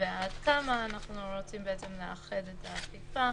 ועד כמה אנחנו רוצים לאחד את האכיפה.